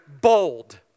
bold